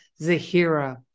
Zahira